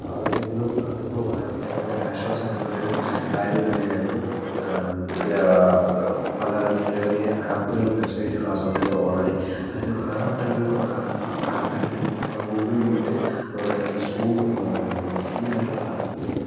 അവർക്കെന്നും അനുഭവപരമായ ഒരുരാശ്വാസകരമായൊരു കാര്യം തന്നെയായിരുന്നു പല നിരവധി ആപ്പുകളും വെബ്സൈറ്റുകളും ആ സമയത്തോണായി അതിലെ പ്രധാനമായിട്ട് ഒരു ആപ്പായിരുന്നു ഗൂഗിൾ മീറ്റ് അതോടൊപ്പം തന്നെ സൂം എന്നു പറയുന്ന ആപ്ലിക്കേഷൻ ഈ രണ്ട് പ്ലാറ്റ്ഫോമും